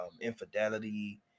infidelity